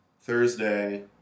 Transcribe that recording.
Thursday